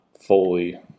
fully